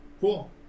Cool